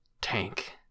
tank